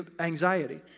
anxiety